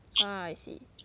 ah I see